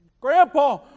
Grandpa